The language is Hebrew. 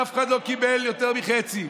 אף אחד לא קיבל יותר מחצי,